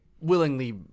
willingly